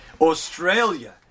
Australia